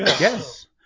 Yes